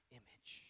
image